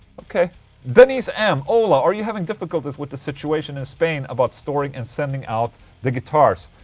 ok deniz m ola, are you having difficulties with the situation in spain about storing and sending out the guitars?